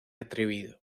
atrevido